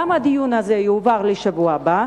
למה הדיון הזה יועבר לשבוע הבא,